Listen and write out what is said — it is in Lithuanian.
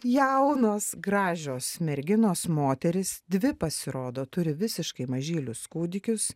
jaunos gražios merginos moterys dvi pasirodo turi visiškai mažylius kūdikius